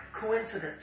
coincidence